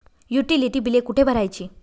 Utility बिले कुठे भरायची?